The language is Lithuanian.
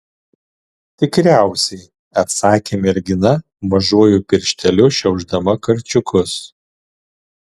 tikriausiai atsakė mergina mažuoju piršteliu šiaušdama karčiukus